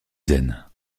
zen